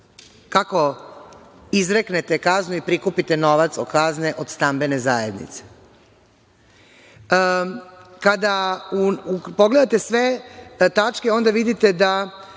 Kako izreknete kaznu i prikupite novac od kazne od stambene zajednice? Kada pogledate sve tačke onda vidite da